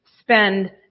spend